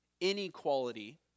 inequality